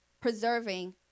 preserving